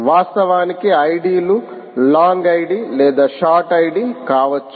వాస్తవానికి ID లు long ID లేదా షార్ట్ ID కావచ్చు